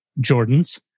Jordans